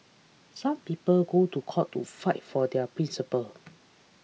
some people go to court to fight for their principles